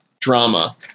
drama